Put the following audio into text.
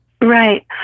Right